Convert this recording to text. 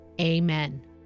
Amen